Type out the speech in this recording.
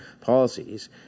policies